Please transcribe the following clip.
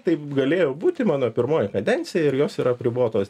taip galėjo būti mano pirmoji kadencija ir jos yra apribotos